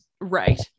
right